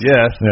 Yes